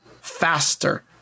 faster